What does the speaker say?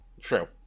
True